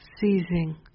seizing